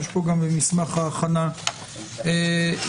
יש פה במסמך ההכנה התייחסות.